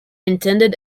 intended